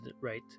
right